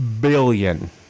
billion